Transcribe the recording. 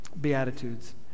beatitudes